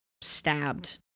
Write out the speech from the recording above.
stabbed